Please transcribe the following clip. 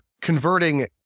converting